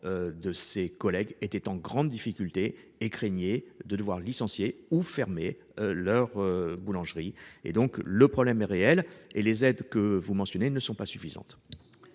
de ses collègues étaient en grande difficulté et craignait de devoir licencier ou fermer leur boulangerie et donc le problème est réel et les aides que vous mentionnez ne sont pas suffisantes.